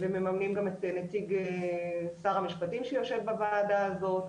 ומממנים גם את נציג שר המשפטים שיושב בוועדה הזאת.